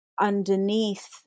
underneath